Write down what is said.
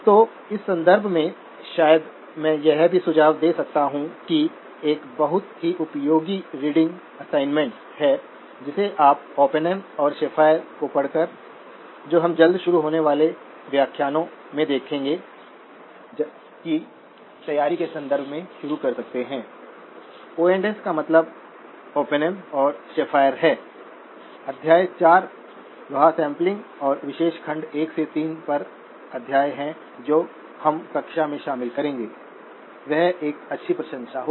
तो इस संदर्भ में शायद मैं यह भी सुझाव दे सकता हूं कि एक बहुत ही उपयोगी रीडिंग असाइनमेंट है जिसे आप और शेफर को पढ़कर जो हम जल्द शुरू होने वाले व्याख्यानों में देखने जा रहे हैं की तैयारी के संदर्भ में शुरू कर सकते हैं ओ एंड एस OS का मतलब और शेफर है अध्याय 4 वह सैंपलिंग और विशेष खंड 1 से 3 पर अध्याय है और जो हम कक्षा में शामिल करेंगे वह एक अच्छी प्रशंसा होगी